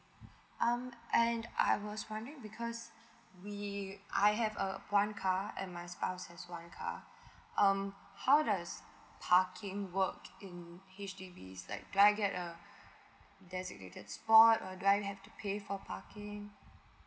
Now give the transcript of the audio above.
um and I was wondering because we I have a one car and my spouse has one car um how does parking work in H_D_B is like do I get a designated spot or do I have to pay for parking